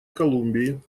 колумбии